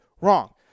wrong